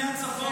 אני קובע